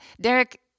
Derek